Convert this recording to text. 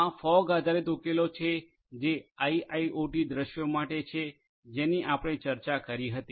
આ ફોગ આધારિત ઉકેલો છે જે આઇઆઇઓટી દૃશ્યો માટે છે જેની આપણે ચર્ચા કરી હતી